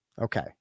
Okay